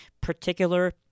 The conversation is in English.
particular